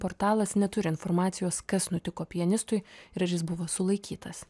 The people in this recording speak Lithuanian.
portalas neturi informacijos kas nutiko pianistui ir ar jis buvo sulaikytas